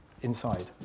inside